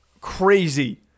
crazy –